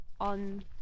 on